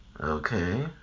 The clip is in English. Okay